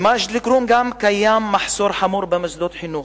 במג'ד-אל-כרום גם קיים מחסור חמור במוסדות חינוך,